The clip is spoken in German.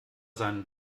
seinen